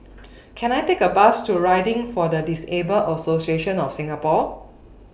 Can I Take A Bus to Riding For The Disabled Association of Singapore